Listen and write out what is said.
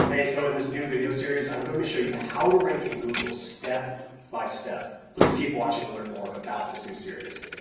hey, so in this new video series, i'm going to show you how to rank in google step by step. please keep watching to learn more about this new series.